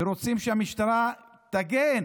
רוצים שהמשטרה תגן